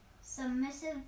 submissive